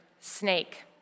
snake